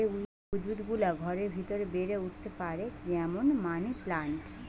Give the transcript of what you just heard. যে উদ্ভিদ গুলা ঘরের ভিতরে বেড়ে উঠতে পারে যেমন মানি প্লান্ট